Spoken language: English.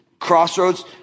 Crossroads